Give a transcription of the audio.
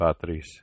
Patris